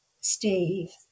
Steve